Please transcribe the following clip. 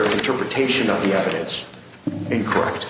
interpretation of the evidence incorrect